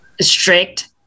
strict